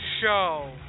Show